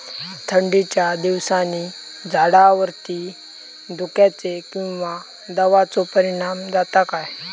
थंडीच्या दिवसानी झाडावरती धुक्याचे किंवा दवाचो परिणाम जाता काय?